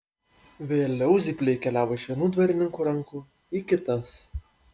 vėliau zypliai keliavo iš vienų dvarininkų rankų į kitas